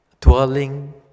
dwelling